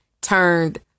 turned